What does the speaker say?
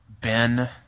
Ben